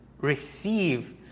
receive